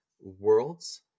worlds